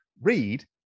read